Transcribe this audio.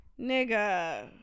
nigga